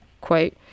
quote